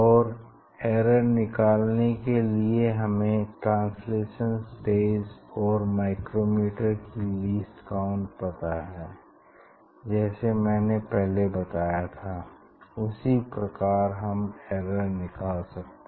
और एरर निकालने के लिए हमें ट्रांसलेशनल स्टेज और माइक्रोमीटर की लीस्ट काउंट पता है जैसे मैंने पहले बताया था उसी प्रकार हम एरर निकाल सकते हैं